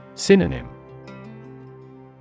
Synonym